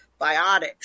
biotics